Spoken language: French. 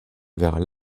vers